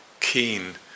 keen